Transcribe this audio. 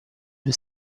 due